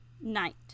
Night